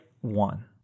one